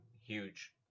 huge